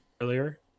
earlier